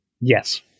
Yes